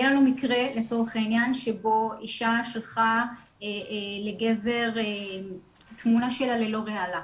היה לנו מקרה לצורך העניין שבו אישה שלחה לגבר תמונה שלה ללא רעלה,